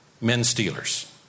men-stealers